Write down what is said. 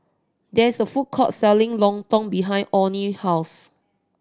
there is a food court selling lontong behind Onnie house